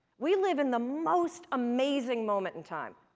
we live in the most amazing moment in time.